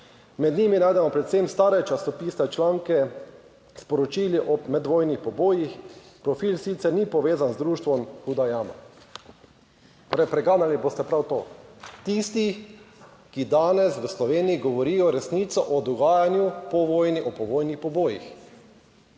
med njimi najdemo predvsem stare časopise, članke, sporočili o medvojnih pobojih. Profil sicer ni povezan z društvom Huda Jama." - torej, preganjali boste prav to tistih, ki danes v Sloveniji govorijo resnico o dogajanju po vojni, o povojnih